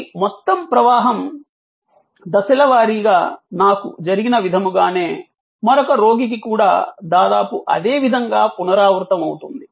ఈ మొత్తం ప్రవాహం దశల వారీగా నాకు జరిగిన విధముగానే మరొక రోగికి కూడా దాదాపు అదే విధంగా పునరావృతమవుతుంది